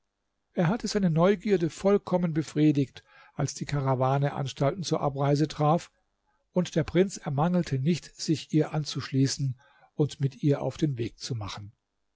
er hatte seine neugierde vollkommen befriedigt als die karawane anstalten zur abreise traf und der prinz ermangelte nicht sich ihr anzuschließen und mit ihr auf den weg zu machen